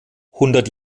hundert